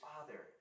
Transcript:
father